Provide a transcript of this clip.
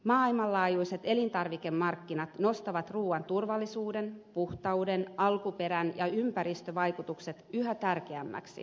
maailmanlaajuiset elintarvikemarkkinat nostavat ruuan turvallisuuden puhtauden alkuperän ja ympäristövaikutukset yhä tärkeämmiksi